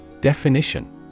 Definition